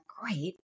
Great